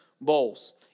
bowls